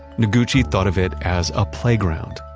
noguchi thought of it as a playground.